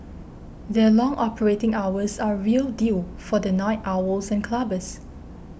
their long operating hours are a real deal for the night owls and clubbers